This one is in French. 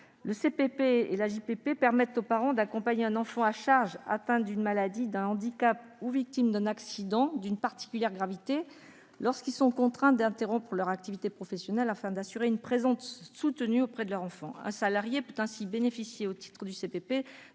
le CPP et l'AJPP permettent aux parents d'accompagner un enfant à charge atteint d'une maladie, d'un handicap ou victime d'un accident d'une particulière gravité, lorsqu'ils sont contraints d'interrompre leur activité professionnelle afin d'assurer une présence soutenue auprès de leur enfant. Un salarié peut ainsi bénéficier, au titre du CPP,